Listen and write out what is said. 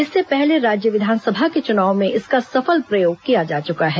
इससे पहले राज्य विधानसभा के चुनाव में इसका सफल प्रयोग किया जा चुका है